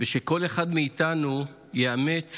שכל אחד מאיתנו יאמץ